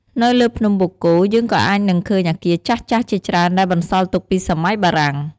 នៅលើភ្នំបូកគោ យើងក៏អាចនឹងឃើញអគារចាស់ៗជាច្រើនដែលបន្សល់ទុកពីសម័យបារាំង។